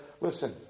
listen